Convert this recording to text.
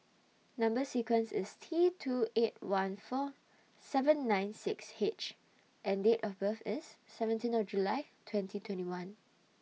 Number sequence IS T two eight one four seven nine six H and Date of birth IS seventeen of July twenty twenty one